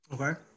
Okay